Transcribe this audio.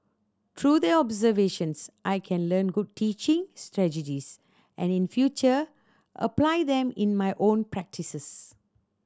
through the observations I can learn good teaching strategies and in future apply them in my own practices